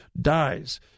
dies